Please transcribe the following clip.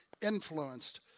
influenced